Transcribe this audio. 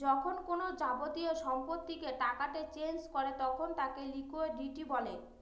যখন কোনো যাবতীয় সম্পত্তিকে টাকাতে চেঞ করে তখন তাকে লিকুইডিটি বলে